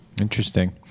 Interesting